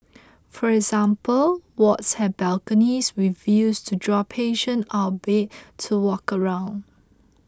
for example wards have balconies with views to draw patient out of bed to walk around